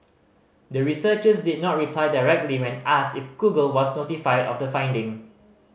the researchers did not reply directly when asked if Google was notified of the finding